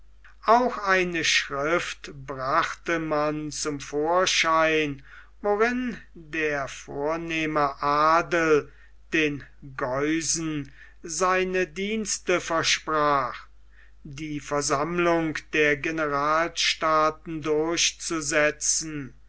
auch eine schrift brachte man zum vorschein worin der vornehme adel den geusen seine dienste versprach die versammlung der generalstaaten durchzusetzen